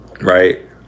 right